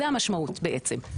זה המשמעות בעצם.